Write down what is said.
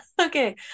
okay